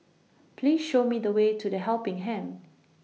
Please Show Me The Way to The Helping Hand